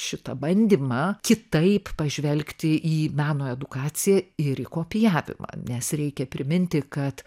šitą bandymą kitaip pažvelgti į meno edukaciją ir į kopijavimą nes reikia priminti kad